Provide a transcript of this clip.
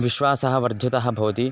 विश्वासः वर्धितः भवति